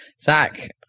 Zach